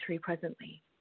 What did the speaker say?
presently